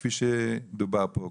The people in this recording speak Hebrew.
כפי שדובר פה קודם.